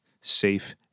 safe